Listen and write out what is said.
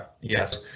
Yes